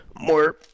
more